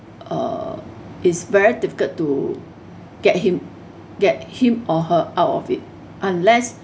uh it's very difficult to get him get him or her out of it unless